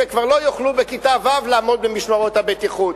וכבר לא יוכלו בכיתה ו' לעמוד במשמרות הבטיחות.